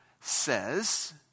says